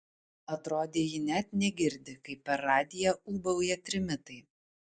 atrodė ji net negirdi kaip per radiją ūbauja trimitai